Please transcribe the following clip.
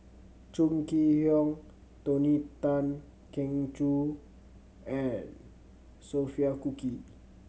Chong Kee Hiong Tony Tan Keng Joo and Sophia Cooke